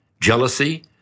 jealousy